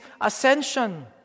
ascension